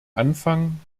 anfang